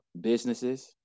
businesses